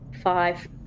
Five